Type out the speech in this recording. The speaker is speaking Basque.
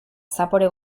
zapore